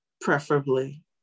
preferably